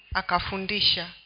akafundisha